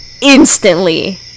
instantly